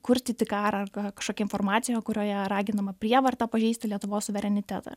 kurstyti karą ar kažkokia informacija kurioje raginama prievarta pažeisti lietuvos suverenitetą